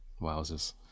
Wowzers